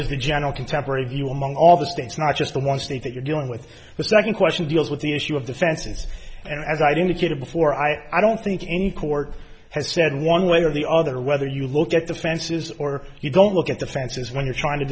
is the general contemporary view among all the states not just the one state that you're dealing with the second question deals with the issue of the fences and as i indicated before i i don't think any court has said one way or the other whether you look at the fences or you don't look at the fences when you're trying to